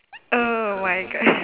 oh my god